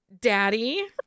daddy